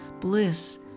bliss